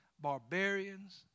barbarians